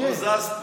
לא זז פה.